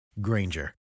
Granger